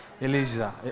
Eliza